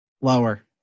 Lower